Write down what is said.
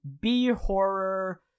b-horror